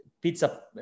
pizza